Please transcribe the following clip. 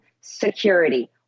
security